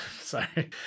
sorry